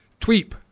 tweep